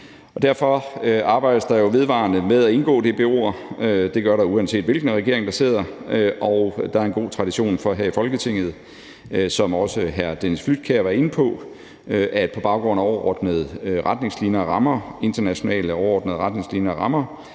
Derfor arbejdes der jo vedvarende med at indgå DBO'er – det gør der, uanset hvilken regering der sidder – og der er en god tradition for, at man her i Folketinget, som også hr. Dennis Flydtkjær var inde på, på baggrund af internationale overordnede retningslinjer og rammer